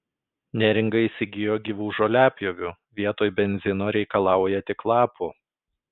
neringa įsigijo gyvų žoliapjovių vietoj benzino reikalauja tik lapų